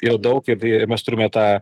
jau daug ir ir mes turime tą